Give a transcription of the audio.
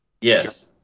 Yes